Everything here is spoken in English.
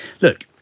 Look